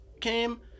came